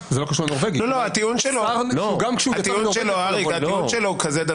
הטיעון שלו הוא כזה,